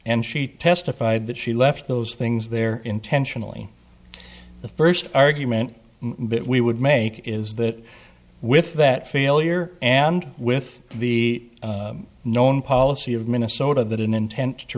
and she testified that she left those things there intentionally the first argument we would make is that with that failure and with the known policy of minnesota that an intent to